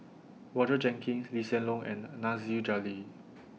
Roger Jenkins Lee Hsien Loong and Nasir Jalil